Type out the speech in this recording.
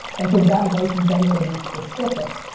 and so that advice is then gonna be specific.